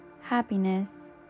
happiness